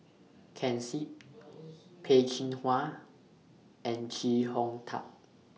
Ken Seet Peh Chin Hua and Chee Hong Tat